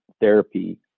therapy